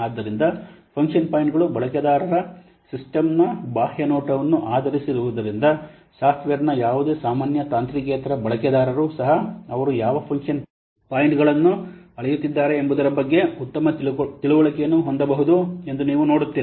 ಆದ್ದರಿಂದ ಫಂಕ್ಷನ್ ಪಾಯಿಂಟ್ಗಳು ಬಳಕೆದಾರರ ಸಿಸ್ಟಂನ ಬಾಹ್ಯ ನೋಟವನ್ನು ಆಧರಿಸಿರುವುದರಿಂದ ಸಾಫ್ಟ್ವೇರ್ನ ಯಾವುದೇ ಸಾಮಾನ್ಯ ತಾಂತ್ರಿಕೇತರ ಬಳಕೆದಾರರು ಸಹ ಅವರು ಯಾವ ಫಂಕ್ಷನ್ ಪಾಯಿಂಟ್ಗಳನ್ನು ಅಳೆಯುತ್ತಿದ್ದಾರೆ ಎಂಬುದರ ಬಗ್ಗೆ ಉತ್ತಮ ತಿಳುವಳಿಕೆಯನ್ನು ಹೊಂದಬಹುದು ಎಂದು ನೀವು ನೋಡುತ್ತೀರಿ